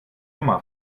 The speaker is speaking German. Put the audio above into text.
oma